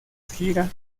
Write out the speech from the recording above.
gira